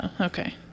Okay